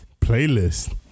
playlist